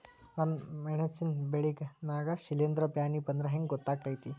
ನನ್ ಮೆಣಸ್ ಬೆಳಿ ನಾಗ ಶಿಲೇಂಧ್ರ ಬ್ಯಾನಿ ಬಂದ್ರ ಹೆಂಗ್ ಗೋತಾಗ್ತೆತಿ?